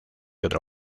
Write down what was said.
otro